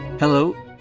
Hello